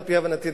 על-פי הבנתי,